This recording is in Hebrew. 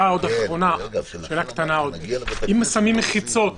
אם שמים מחיצות,